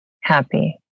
happy